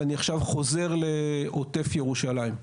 ואני עכשיו חוזר לעוטף ירושלים.